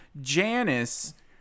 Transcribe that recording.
Janice